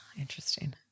interesting